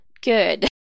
good